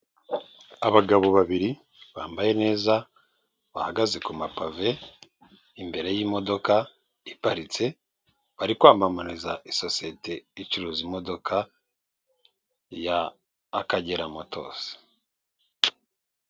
Abagabo babiri bambaye neza, bahagaze ku mapave imbere y'imodoka iparitse, bari kwamamariza isosiyete ricuruza imodoka ya Akagera motozi.